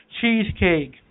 cheesecake